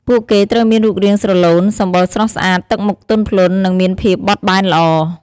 ពួកគេត្រូវមានរូបរាងស្រឡូន សម្បុរស្រស់ស្អាត ទឹកមុខទន់ភ្លន់ និងមានភាពបត់បែនល្អ។